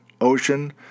ocean